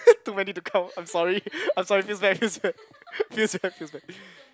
too many to count I'm sorry I'm sorry feels bad feels bad feels bad feels bad